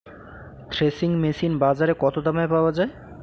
Threshing machine বাজারে কত দামে পাওয়া যায়?